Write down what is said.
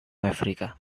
africa